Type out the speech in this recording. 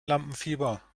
lampenfieber